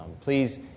Please